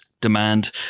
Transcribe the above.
demand